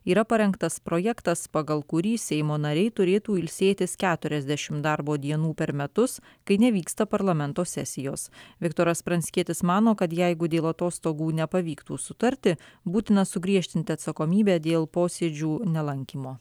yra parengtas projektas pagal kurį seimo nariai turėtų ilsėtis keturiasdešimt darbo dienų per metus kai nevyksta parlamento sesijos viktoras pranckietis mano kad jeigu dėl atostogų nepavyktų sutarti būtina sugriežtinti atsakomybę dėl posėdžių nelankymo